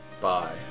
Bye